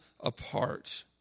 apart